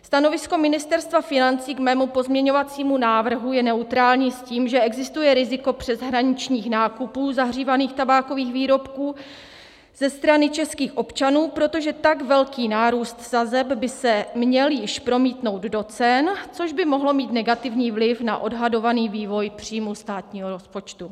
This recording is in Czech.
Stanovisko Ministerstva financí k mému pozměňovacímu návrhu je neutrální s tím, že existuje riziko přeshraničních nákupů zahřívaných tabákových výrobků ze strany českých občanů, protože tak velký nárůst sazeb by se měl již promítnout do cen, což by mohlo mít negativní vliv na odhadovaný vývoj příjmů státního rozpočtu.